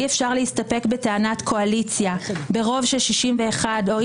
אי-אפשר להסתפק בטענת קואליציה ברוב של 61 או,